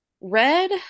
Red